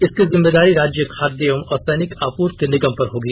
इसकी जिम्मेदारी राज्य खाद्य एवं असैनिक आपूर्ति निगम पर होगी